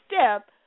step